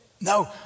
No